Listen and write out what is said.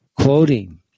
quoting